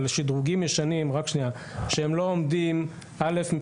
אבל שדרוגים ישנים שלא בנויים